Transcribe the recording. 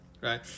right